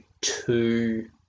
two